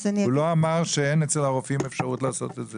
הוא לא אמר שאין אצל הרופאים אפשרות לעשות את זה.